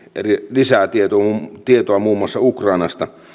lisää tietoa muun tietoa muun muassa ukrainasta